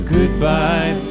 Goodbye